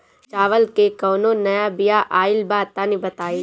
चावल के कउनो नया बिया आइल बा तनि बताइ?